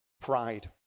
Pride